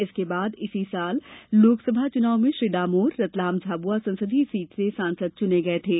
इसके बाद इसी वर्ष लोकसभा चुनाव में श्री डामोर रतलाम झाबुआ संसदीय सीट से सांसद चुने गए थे